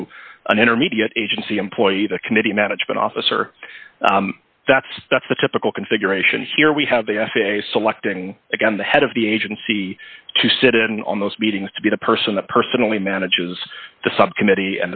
to an intermediate agency employee the committee management officer that's that's the typical configuration here we have the f a a selecting again the head of the agency to sit in on those meetings to be the person that personally manages the subcommittee